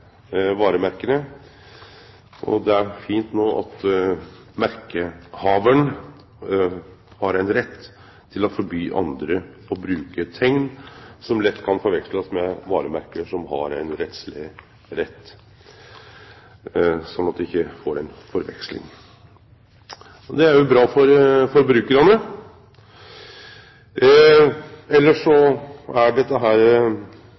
varemerka. Og det er fint no at merkehavaren har ein rett til å forby andre å bruke ting som lett kan bli forveksla med varemerke som har ein rettsleg rett, sånn at ein ikkje får ei forveksling. Det er bra for forbrukarane. Elles er dette forslaget ei tilpassing til EØS-avtala og andre internasjonale avtaler for